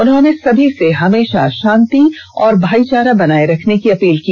उन्होंने सभी से हमेशा शांति और भाईचारा बनाये रखने की अपील की